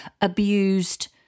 abused